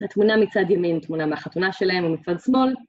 התמונה מצד ימין, תמונה מהחתונה שלהם ומצד שמאל.